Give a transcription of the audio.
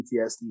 PTSD